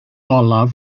olaf